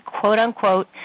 quote-unquote